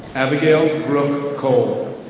abigail and brooke cole.